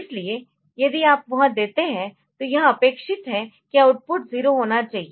इसलिए यदि आप वह देते है तो यह अपेक्षित है कि आउटपुट 0 होना चाहिए